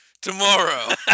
tomorrow